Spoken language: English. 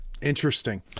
interesting